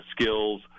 skills